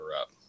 up